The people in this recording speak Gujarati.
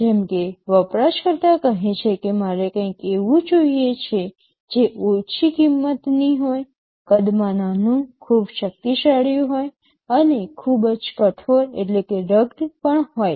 જેમ કે વપરાશકર્તા કહે છે કે મારે કંઈક એવું જોઈએ છે જે ઓછી કિંમતની હોય કદમાં નાનું ખૂબ શક્તિશાળી હોય અને ખૂબ જ કઠોર પણ હોય